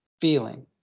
feeling